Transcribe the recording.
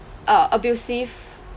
uh abusive